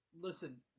Listen